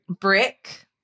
Brick